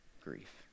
grief